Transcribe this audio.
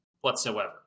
whatsoever